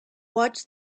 watched